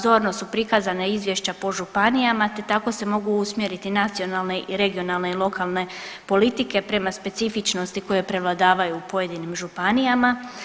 Zorno su prikazana izvješća po županijama te tako se mogu usmjeriti nacionalne, regionalne i lokalne politike prema specifičnosti koje prevladavaju u pojedinim županijama.